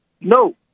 No